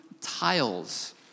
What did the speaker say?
tiles